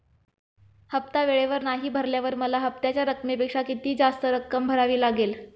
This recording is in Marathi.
हफ्ता वेळेवर नाही भरल्यावर मला हप्त्याच्या रकमेपेक्षा किती जास्त रक्कम भरावी लागेल?